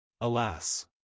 Alas